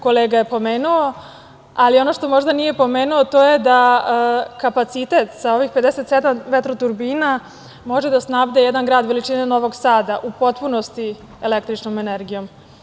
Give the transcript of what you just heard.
Kolega je pomenuo, ali ono što možda nije pomenuo to je da kapacitet sa ovih 57 vetroturbina može da snabde jedan grad veličine Novog Sada u potpunosti električnom energijom.